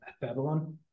babylon